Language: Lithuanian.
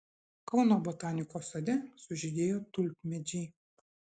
kauno botanikos sode sužydėjo tulpmedžiai